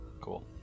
Cool